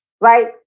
right